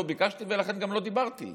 לא ביקשתי ולכן גם לא דיברתי,